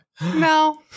No